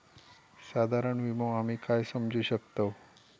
साधारण विमो आम्ही काय समजू शकतव?